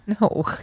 No